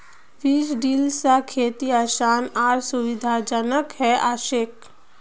बीज ड्रिल स खेती आसान आर सुविधाजनक हैं जाछेक